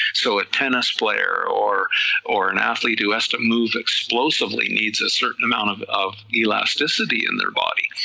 so a tennis player, or or an athlete who has to move explosively, needs a certain amount of of elasticity in their body,